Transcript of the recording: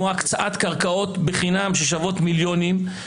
כמו הקצאת קרקעות בחינם ששוות מיליונים.